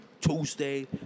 Tuesday